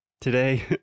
Today